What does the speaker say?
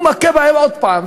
הוא מכה בהם עוד הפעם,